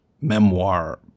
memoir